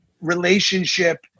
relationship